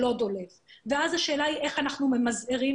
אין מאגר מידע